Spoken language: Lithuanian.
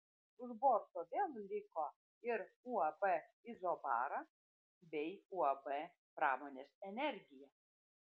už borto vėl liko ir uab izobara bei uab pramonės energija